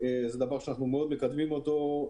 זה דבר שאנחנו מאוד מקדמים אותו.